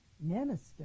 minister